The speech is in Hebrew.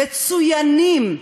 מצוינים.